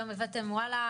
היום הבאתם וואלה,